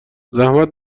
زحمت